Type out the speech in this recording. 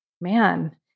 man